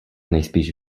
nejspíš